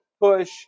push